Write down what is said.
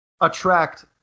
attract